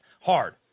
hard